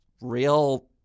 real